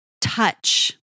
touch